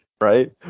right